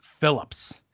phillips